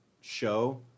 show